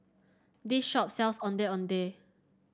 this shop sells Ondeh Ondeh